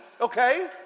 okay